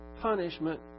punishment